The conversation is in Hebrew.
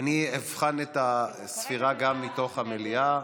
אבחן את הספירה גם מתוך המליאה: